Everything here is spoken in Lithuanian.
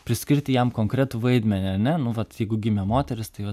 priskirti jam konkretų vaidmenį ar ne nu vat jeigu gimė moteris tai vat